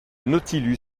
nautilus